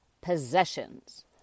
possessions